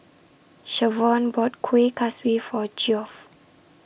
Shavonne bought Kuih Kaswi For Geoff